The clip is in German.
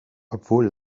obwohl